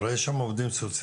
הרי יש שם עובדים סוציאליים.